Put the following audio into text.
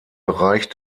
bereich